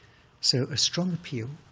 so a strong appeal,